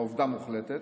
כעובדה מוחלטת: